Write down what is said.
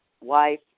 Wife